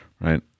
Right